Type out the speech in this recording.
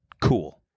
cool